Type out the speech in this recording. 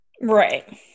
Right